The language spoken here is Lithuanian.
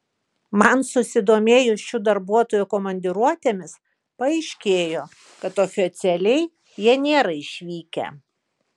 man susidomėjus šių darbuotojų komandiruotėmis paaiškėjo kad oficialiai jie nėra išvykę